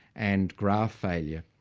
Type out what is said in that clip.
and graft failure.